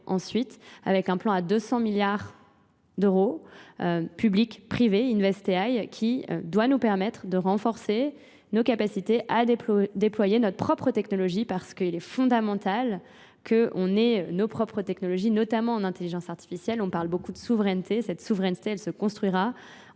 ensuite avec un plan à 200 milliards d'euros public, privé, investiable qui doit nous permettre de renforcer nos capacités à déployer notre propre technologie parce qu'il est fondamental qu'on ait nos propres technologies notamment en intelligence artificielle. On parle beaucoup de souveraineté, cette souveraineté elle se construira ensuite